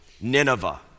Nineveh